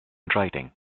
writing